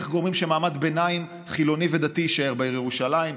איך גורמים שמעמד ביניים חילוני ודתי יישאר בעיר ירושלים,